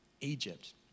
Egypt